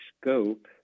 scope